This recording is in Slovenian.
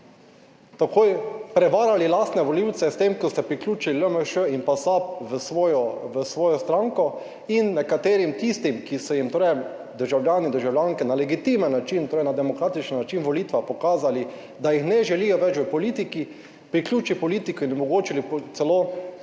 takoj prevarali lastne volivce, s tem, ko ste priključili LMŠ in SAB v svojo, v svojo stranko in nekaterim tistim, ki so jim, torej državljani in državljanke na legitimen način, torej na demokratičen način, volitve, pokazali, da jih ne želijo več v politiki, priključili v politiko in jim omogočili celo